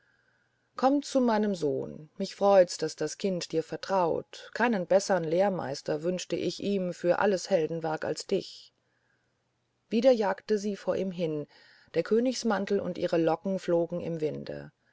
komm zu meinem sohn mich freut's daß das kind dir vertraut keinen besseren lehrmeister wünsche ich ihm für alles heldenwerk als dich wieder jagte sie vor ihm hin der königsmantel und ihre locken flogen im winde